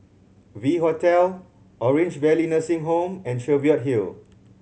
V Hotel Orange Valley Nursing Home and Cheviot Hill